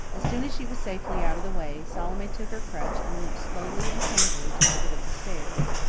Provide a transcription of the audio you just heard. as soon as she was safely out of the way, salome took her crutch, and limped slowly and painfully to the foot of the stairs.